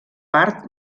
part